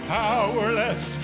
powerless